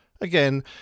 Again